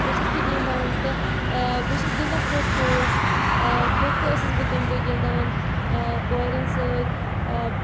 بیٚیہِ چھَس بہٕ گِنٛدان تہٕ بہٕ چھَس گِنٛدان کھو کھو وَس کھو کھو ٲسٕس بہٕ تمہِ دۄہہ گِنٛدان کورٮ۪ن سۭتۍ